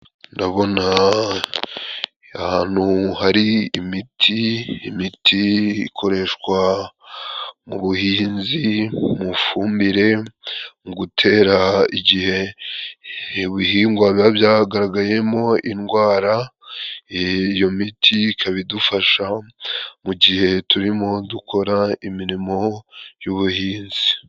Ndabona ahantu hari imiti, imiti ikoreshwa mu :buhinzi mu fumbire mu gutera igihe ibihingwa byagaragayemo indwara. Iyo miti ikaba idufasha mu gihe turimo dukora imirimo y'ubuhinzi.